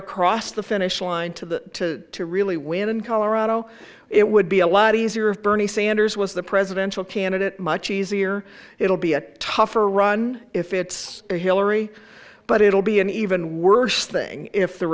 across the finish line to the to really win in colorado it would be a lot easier if bernie sanders was the presidential candidate much easier it'll be a tougher run if it's hillary but it'll be an even worse thing if the